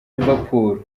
liverpool